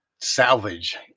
salvage